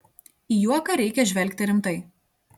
į juoką reikia žvelgti rimtai